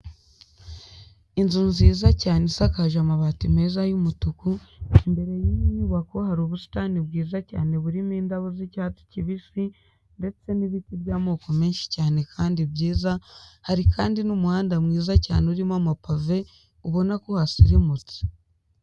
Inzu nziza cyane isakaje amabati meza y'umutuku, imbere y'iyi nyubako hari ubusitani bwiza cyane burimo indabo z'icyatsi kibisi ndetse n'ibiti by'amoko menshi cyane kandi byiza, hari kandi n'umuhanda mwiza cyane urimo amapave, ubona ko hasirimutse.